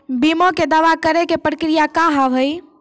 बीमा के दावा करे के प्रक्रिया का हाव हई?